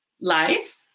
life